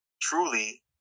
truly